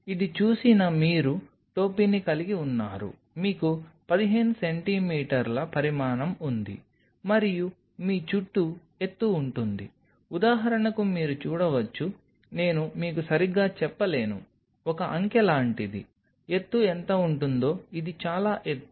ఇది చూసిన మీరు టోపీని కలిగి ఉన్నారు మీకు 15 సెంటీమీటర్ల పరిమాణం ఉంది మరియు మీ చుట్టూ ఎత్తు ఉంటుంది ఉదాహరణకు మీరు చూడవచ్చు నేను మీకు సరిగ్గా చెప్పలేను ఒక అంకె లాంటిది ఎత్తు ఎంత ఉంటుందో ఇది చాలా ఎత్తు